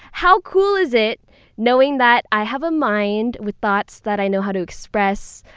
how cool is it knowing that i have a mind with thoughts that i know how to express,